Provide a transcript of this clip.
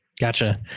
Gotcha